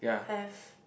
have